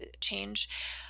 change